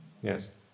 Yes